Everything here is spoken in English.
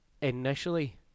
initially